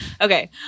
Okay